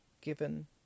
given